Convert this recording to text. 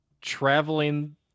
traveling